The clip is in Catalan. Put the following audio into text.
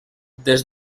des